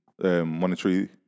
monetary